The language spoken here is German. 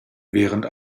während